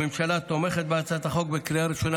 הממשלה תומכת בהצעת החוק בקריאה ראשונה,